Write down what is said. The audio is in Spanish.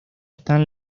están